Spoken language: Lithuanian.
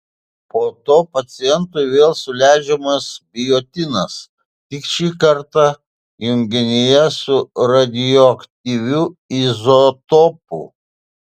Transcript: po to pacientui vėl suleidžiamas biotinas tik šį kartą junginyje su radioaktyviu izotopu